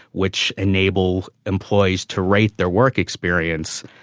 which enable employees to rate their work experience,